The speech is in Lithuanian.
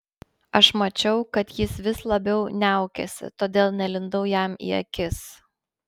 aš mačiau kad jis vis labiau niaukiasi todėl nelindau jam į akis